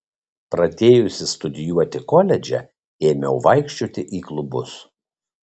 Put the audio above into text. pradėjusi studijuoti koledže ėmiau vaikščioti į klubus